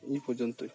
এই পর্যন্তই